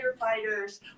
firefighters